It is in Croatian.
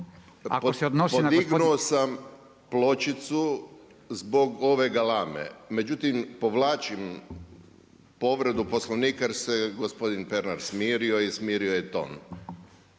Podignuo sam pločicu zbog ove galame, međutim povlačim povredu Poslovnika jer se gospodin Pernar smirio i smirio je ton.